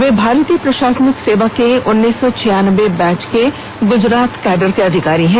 वे भारतीय प्रशासनिक सेवा के उन्नीस सौ छियानबे बैच के गुजरात कैडर के अधिकारी हैं